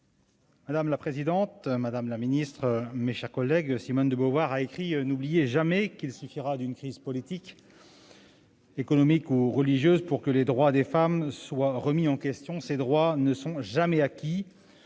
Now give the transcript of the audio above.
Madame la présidente, madame la ministre, mes chers collègues, Simone de Beauvoir a écrit :« N'oubliez jamais qu'il suffira d'une crise politique, économique ou religieuse pour que les droits des femmes soient remis en question. Ces droits ne sont jamais acquis.